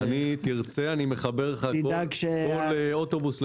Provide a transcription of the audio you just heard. אם תרצה, אני מחבר לך כל אוטובוס.